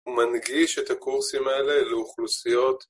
הוא מנגיש את הקורסים האלה לאוכלוסיות